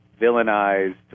villainized